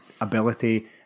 ability